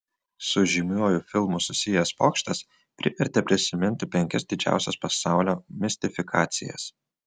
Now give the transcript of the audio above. su žymiuoju filmu susijęs pokštas privertė prisiminti penkias didžiausias pasaulio mistifikacijas